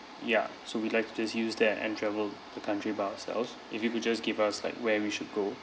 ya so we like to just use that and travel the country by ourselves if you could just give us like where we should go